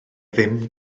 ddim